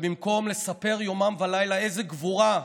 ובמקום לספר יומם ולילה איזו גבורה,